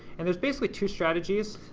and there's basically two strategies